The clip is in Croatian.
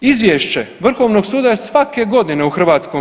Izvješće vrhovnog suda je svake godine u HS.